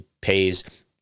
pays